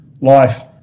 life